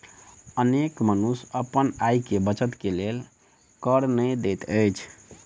अनेक मनुष्य अपन आय के बचत के लेल कर नै दैत अछि